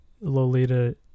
Lolita